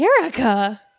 Erica